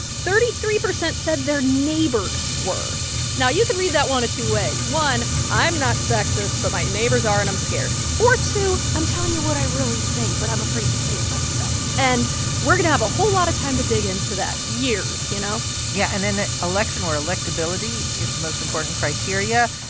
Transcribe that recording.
thirty-three percent said their neighbors were now, you can read that one of two ways. one, i'm not sexist, but my neighbors are, and i'm scared or two, i'm telling you what i really think, but i'm afraid to say it myself. and we're going to have a whole lot of time to dig into that years, you know yeah. and in an election where electability is the most important criteria,